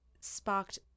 sparked